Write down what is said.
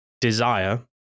desire